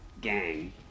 gang